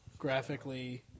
graphically